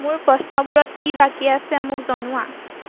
মোৰ প্ৰশ্নবোৰত কি বাকী আছে মোক জনোৱা